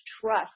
trust